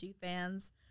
fans